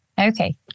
Okay